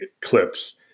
clips